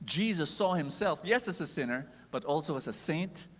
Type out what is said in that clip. jesus saw himself. yes, as a sinner, but also as a saint,